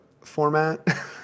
format